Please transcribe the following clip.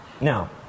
Now